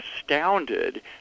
astounded